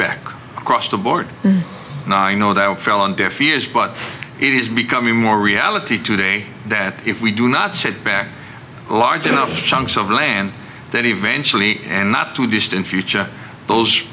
back across the board no doubt fell on deaf ears but it is becoming more reality today that if we do not share their large enough chunks of land that eventually and not too distant future those